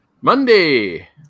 Monday